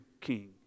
king